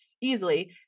easily